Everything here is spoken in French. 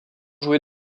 joués